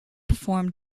perform